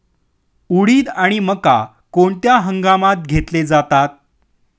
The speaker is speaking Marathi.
उडीद आणि मका कोणत्या हंगामात घेतले जातात?